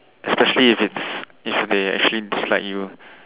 especially if it's if they actually dislike you